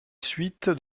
suite